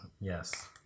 yes